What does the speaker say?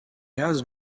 asked